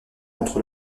entre